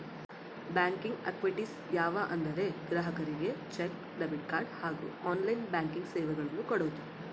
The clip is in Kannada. ಬ್ಯಾಂಕಿಂಗ್ ಆಕ್ಟಿವಿಟೀಸ್ ಯಾವ ಅಂದರೆ ಗ್ರಾಹಕರಿಗೆ ಚೆಕ್, ಡೆಬಿಟ್ ಕಾರ್ಡ್ ಹಾಗೂ ಆನ್ಲೈನ್ ಬ್ಯಾಂಕಿಂಗ್ ಸೇವೆಗಳನ್ನು ಕೊಡೋದು